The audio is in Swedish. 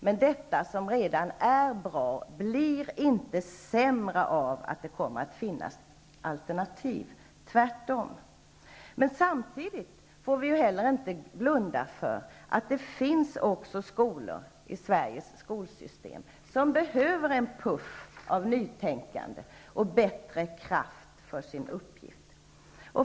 Men det som är redan bra blir inte sämre av att det kommer att finnas alternativ. Tvärtom! Samtidigt får vi inte heller blunda för att det finns också skolor i Sveriges skolsystem som behöver en puff av nytänkande och bättre kraft för sin uppgift.